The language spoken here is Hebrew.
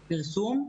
הפרסום.